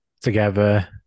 together